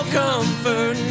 comfort